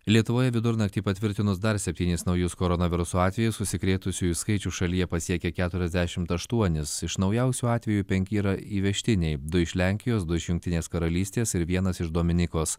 lietuvoje vidurnaktį patvirtinus dar septynis naujus koronaviruso atvejus užsikrėtusiųjų skaičius šalyje pasiekė keturiasdešimt aštuonis iš naujausių atvejų penki yra įvežtiniai du iš lenkijos du iš jungtinės karalystės ir vienas iš dominikos